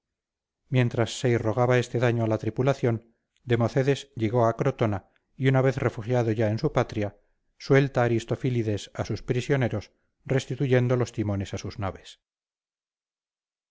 mientras se irrogaba este daño a la tripulación democedes llegó a crotona y una vez refugiado ya en su patria suelta aristofilides a sus prisioneros restituyendo los timones a sus naves